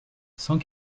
cent